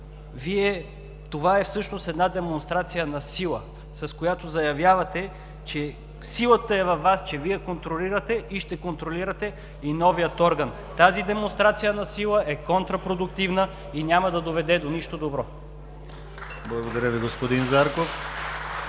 Това всъщност е демонстрация на сила, с която заявявате, че силата е във Вас, че Вие контролирате и ще контролирате и новия орган. Тази демонстрация на сила е контрапродуктивна и няма да доведе до нищо добро. (Ръкопляскания от